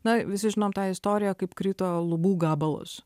na visi žinom tą istoriją kaip krito lubų gabalas